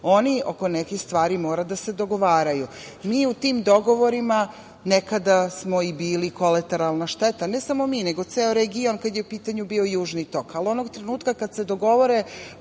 oni oko nekih stvari mora da se dogovaraju. Mi u tim dogovorima nekada smo i bili kolateralna šteta, ne samo mi nego ceo region kada je bio u pitanju Južni tok. Onog trenutka kad se dogovore,